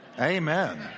Amen